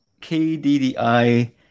KDDI